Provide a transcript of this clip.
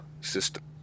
system